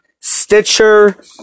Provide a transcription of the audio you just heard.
Stitcher